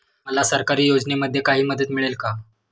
मला सरकारी योजनेमध्ये काही मदत मिळेल का?